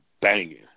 banging